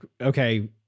okay